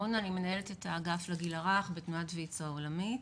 אני מנהלת את האגף לגיל הרך בתנועת ויצ"ו העולמי,